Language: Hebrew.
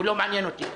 הוא לא מעניין אותי.